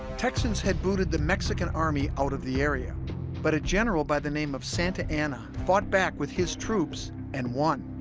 texans had booted the mexican mexican army out of the area but a general by the name of santa anna fought back with his troops and won